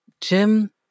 Jim